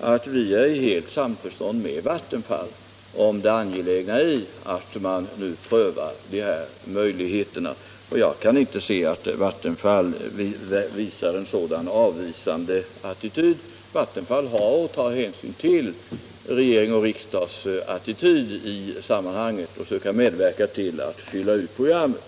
att det råder fullt samförstånd mellan Vattenfall och oss om angelägenheten av att nu pröva sådana möjligheter. Jag kan inte finna att Vattenfall har ställt sig avvisande till detta. Vattenfall har bara att ta hänsyn till regeringen och riksdagen i sammanhanget och söka medverka till att fylla ut programmet.